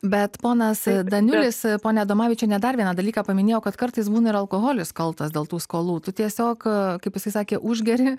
bet ponas daniulis ponia adomavičiene dar vieną dalyką paminėjo kad kartais būna ir alkoholis kaltas dėl tų skolų tu tiesiog kaip jisai sakė užgeri